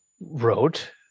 wrote